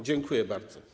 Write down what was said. Dziękuję bardzo.